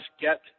get